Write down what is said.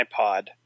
iPod